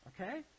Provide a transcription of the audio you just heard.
Okay